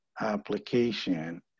application